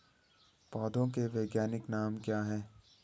पौधों के वैज्ञानिक नाम क्या हैं?